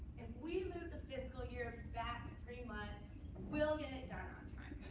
we lose a fiscal year, that pretty much will get it done on time.